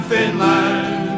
Finland